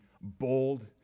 bold